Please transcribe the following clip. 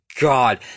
God